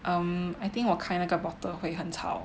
um I think 我开那个 bottle 会很吵